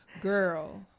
girl